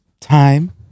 Time